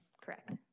Correct